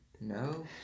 No